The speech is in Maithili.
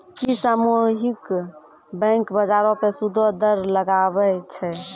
कि सामुहिक बैंक, बजारो पे सूदो दर लगाबै छै?